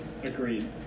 agreed